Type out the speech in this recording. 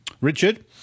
Richard